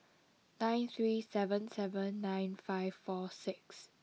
nine three seven seven nine five four six